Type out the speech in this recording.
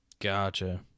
Gotcha